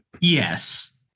yes